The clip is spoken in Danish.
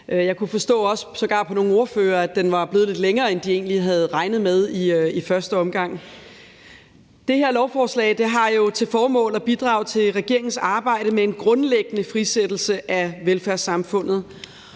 Jeg kunne forstå på nogle ordførere, at den var blevet lidt længere, end de egentlig havde regnet med i første omgang. Det her lovforslag har jo til formål at bidrage til regeringens arbejde med en grundlæggende frisættelse af velfærdssamfundet.